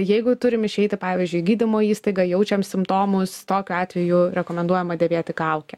jeigu turim išeiti pavyzdžiui į gydymo įstaigą jaučiam simptomus tokiu atveju rekomenduojama dėvėti kaukę